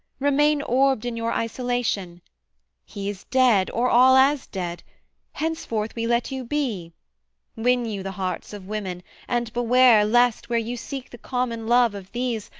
remain orbed in your isolation he is dead, or all as dead henceforth we let you be win you the hearts of women and beware lest, where you seek the common love of these,